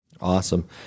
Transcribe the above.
Awesome